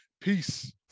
Peace